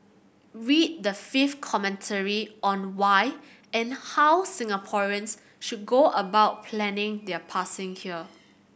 read the fifth commentary on why and how Singaporeans should go about planning their passing here